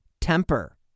Temper